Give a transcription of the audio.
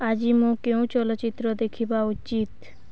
ଆଜି ମୁଁ କେଉଁ ଚଳଚ୍ଚିତ୍ର ଦେଖିବା ଉଚିତ୍